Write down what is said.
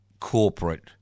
Corporate